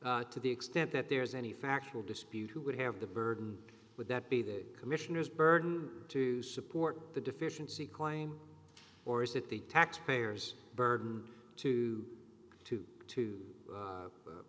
to the extent that there's any factual dispute who would have the burden would that be the commissioner's burden to support the deficiency claim or is it the taxpayer's burden to to to